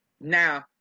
Now